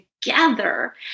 together